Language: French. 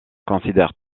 considèrent